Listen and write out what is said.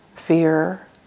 fear